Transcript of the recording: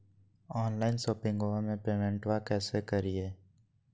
Online शोपिंगबा में पेमेंटबा कैसे करिए?